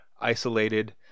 isolated